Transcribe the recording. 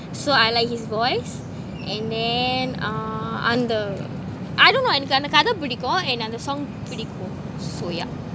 so I like his voice and then uh அந்த:antha I do not know எனக்கு அந்த கத பிடிக்கும்:enakku antha katha pidikum and அந்த:antha song பிடிக்கும்:pidikum so yeah